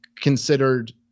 considered